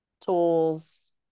tools